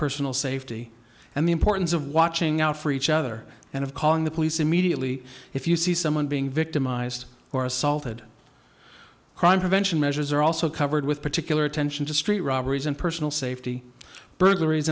personal safety and the importance of watching out for each other and of calling the police immediately if you see someone being victimized or assaulted crime prevention measures are also covered with particular attention to street robberies and personal safety burglaries